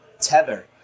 Tether